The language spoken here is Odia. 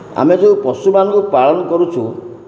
ଆମେ ଯେଉଁ ପଶୁମାନଙ୍କୁ ପାଳନ କରୁଛୁ